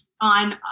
on